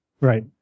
Right